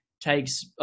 takes